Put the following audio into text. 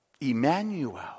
Emmanuel